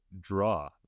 draw